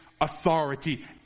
authority